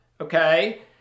okay